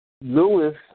lewis